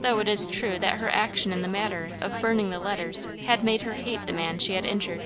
though it is true that her action in the matter of burning the letters had made her hate the man she had injured.